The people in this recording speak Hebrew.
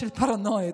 של פרנואיד,